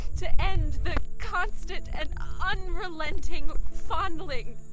to end the constant and ah unrelenting fondling